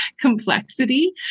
complexity